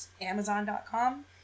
Amazon.com